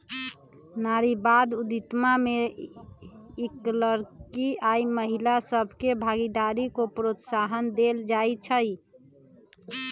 नारीवाद उद्यमिता में लइरकि आऽ महिला सभके भागीदारी को प्रोत्साहन देल जाइ छइ